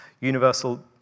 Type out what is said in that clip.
Universal